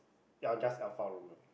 ya just Alfa-Romeo